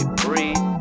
breathe